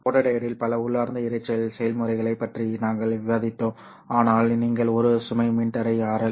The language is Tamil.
ஃபோட்டோடியோடில் பல உள்ளார்ந்த இரைச்சல் செயல்முறைகளைப் பற்றி நாங்கள் விவாதித்தோம் ஆனால் நீங்கள் ஒரு சுமை மின்தடை RL